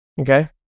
Okay